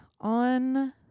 on